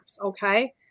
okay